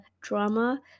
drama